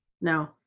No